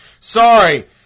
Sorry